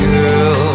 Girl